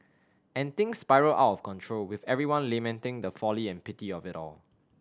and things spiral out of control with everyone lamenting the folly and pity of it all